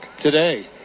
today